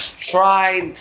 tried